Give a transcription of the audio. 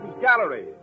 Gallery